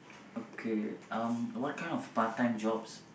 okay um what kind of part time jobs